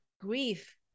grief